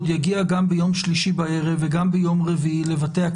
החליט ראש הממשלה להגדיל את כמות הצוותים הדוגמים ב-30 נוספים,